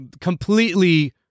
completely